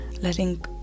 letting